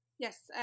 Yes